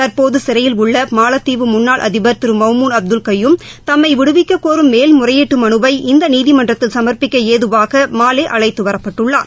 தற்போது சிறையில் உள்ள மாலத்தீவு முன்னாள் அதிபர் திரு மவ்மூன் அப்துல் கயூம் தம்மை விடுவிக்கக்கோரும் மேல்முறையீட்டு மனுவை இந்த நீதிமன்றத்தில சமாப்பிக்க ஏதுவாக மாலே அழைத்துவரப்பட்டுள்ளார்